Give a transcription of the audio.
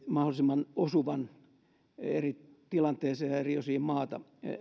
mahdollisimman osuvat eri tilanteeseen ja eri osiin maata